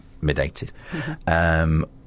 mid-80s